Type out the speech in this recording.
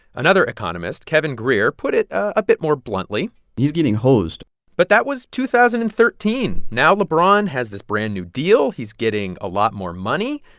another economist, kevin grier, put it a bit more bluntly he's getting hosed but that was two thousand and thirteen. now lebron has this brand-new deal. he's getting a lot more money.